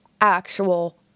actual